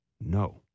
No